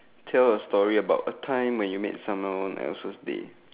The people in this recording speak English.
tell a story about a time when you made someone else's day